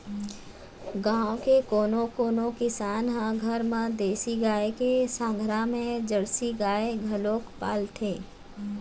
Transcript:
गाँव के कोनो कोनो किसान ह घर म देसी गाय के संघरा म जरसी गाय घलोक पालथे